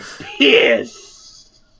Piss